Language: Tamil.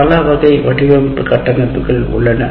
பல வழிமுறை வடிவமைப்பு கட்டமைப்புகள் உள்ளன